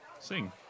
Sing